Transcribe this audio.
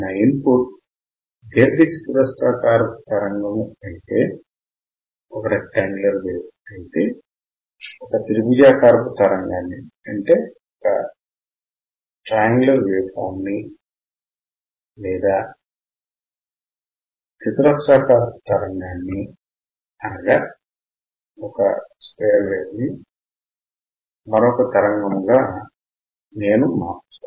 నా input దీర్ఘచతురస్రాకారపు తరంగమైతే ఒక త్రిభుజాకారపు తరంగాన్ని చతురస్రాకారపు తరంగాన్ని మరొక తరంగముగా నేను మార్చవచ్చు